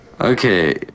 Okay